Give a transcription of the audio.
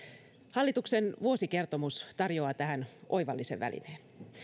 hallituksen vuosikertomus tarjoaa tähän oivallisen välineen